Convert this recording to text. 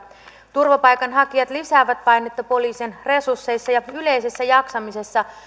turvapaikanhakijat lisäävät painetta poliisin resursseissa ja yleisessä jaksamisessa